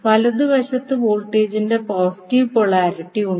വലതുവശത്ത് വോൾട്ടേജിന്റെ positive polarity ഉണ്ട്